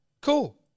Cool